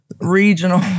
regional